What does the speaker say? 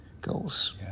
goals